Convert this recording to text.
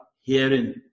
hearing